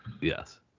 Yes